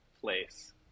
place